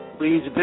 please